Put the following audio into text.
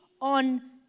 on